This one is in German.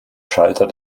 schalter